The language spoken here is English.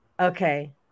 Okay